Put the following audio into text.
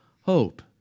hope